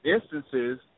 instances